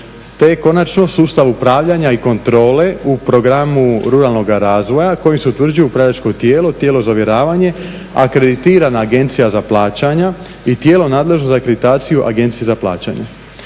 Te končano sustav upravljanja i kontrole u programu ruralnoga razvoja kojim se utvrđuju upravljačko tijelo, tijelo za ovjeravanje, akreditirana agencija za plaćanja i tijelo nadležno za akreditaciju agencije za plaćanje.